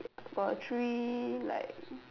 got three like